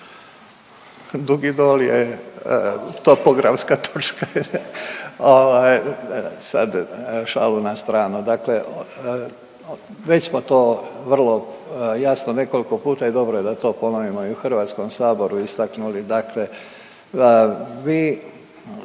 Dugi Dol je topografska točka,